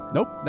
Nope